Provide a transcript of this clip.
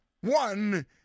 one